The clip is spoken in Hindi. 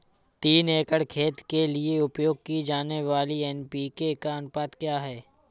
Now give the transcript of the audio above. तीन एकड़ खेत के लिए उपयोग की जाने वाली एन.पी.के का अनुपात क्या है?